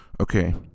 okay